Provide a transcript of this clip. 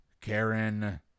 Karen